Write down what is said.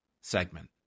segment